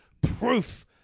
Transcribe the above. Proof